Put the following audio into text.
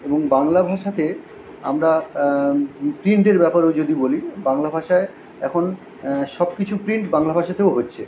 এবং বাংলা ভাষাতে আমরা প্রিন্টের ব্যাপারেও যদি বলি বাংলা ভাষায় এখন সব কিছু প্রিন্ট বাংলা ভাষাতেও হচ্ছে